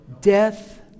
death